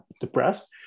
depressed